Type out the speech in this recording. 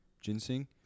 ginseng